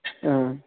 ആ